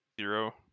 zero